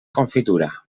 confitura